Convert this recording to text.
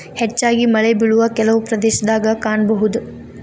ಹೆಚ್ಚಾಗಿ ಮಳೆಬಿಳುವ ಕೆಲವು ಪ್ರದೇಶದಾಗ ಕಾಣಬಹುದ